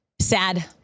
Sad